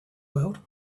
world